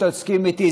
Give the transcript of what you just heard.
שתסכים איתי,